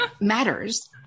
matters